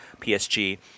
PSG